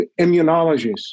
immunologists